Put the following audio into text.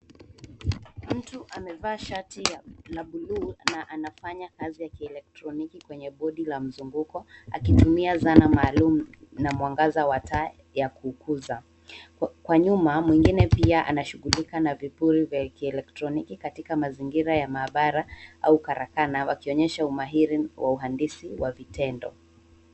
Mtu amevaa shati la buluu na anafanya kazi ya kielekroniki kwenye bodi la mzunguko akitumia zana maalum na mwangaza wa taa wa kuuguza. Kwa nyuma mwengine pia anashughulika na vipiri vya kielektroniki katika mazingira ya maabara au karakana wakionyesha umahiri wa uhandisi wa vitendo.